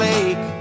Lake